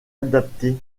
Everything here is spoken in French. adaptées